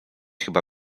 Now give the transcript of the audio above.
chyba